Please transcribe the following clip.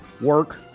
work